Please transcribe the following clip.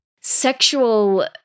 sexual